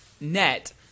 net